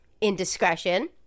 indiscretion